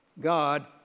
God